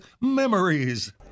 Memories